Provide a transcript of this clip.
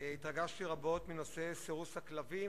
התרגשתי רבות מנושא סירוס הכלבים,